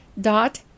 dot